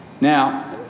Now